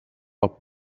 are